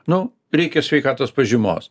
nu reikia sveikatos pažymos